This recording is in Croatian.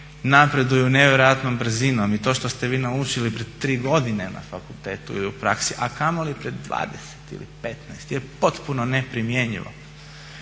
napreduju nevjerojatnom brzinom i to što ste vi naučili pred tri godine na fakultetu i u praksi, a kamoli pred 20 ili 15 je potpuno neprimjenjivo.